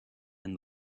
and